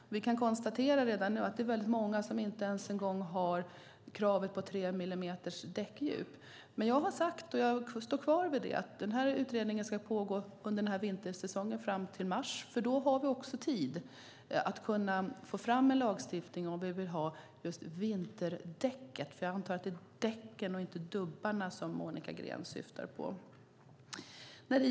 Men vi kan redan nu konstatera att det är många som inte ens följer kravet på tre millimeters däckdjup. Jag står kvar vid vad jag har sagt: Utredningen ska pågå under vintersäsongen fram till mars. Då har vi också tid att kunna få fram en lagstiftning om vi vill ha just vinterdäcken - jag antar att det är däcken och inte dubbarna som Monica Green syftar på.